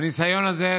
הניסיון הזה,